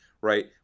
Right